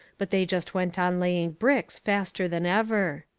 but they just went on laying bricks faster than ever.